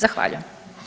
Zahvaljujem.